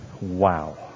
Wow